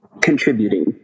contributing